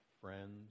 friends